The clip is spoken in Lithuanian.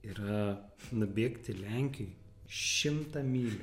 yra nubėgti lenkijoj šimtą mylių